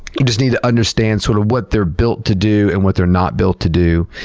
you just need to understand sort of what they're built to do and what they're not built to do.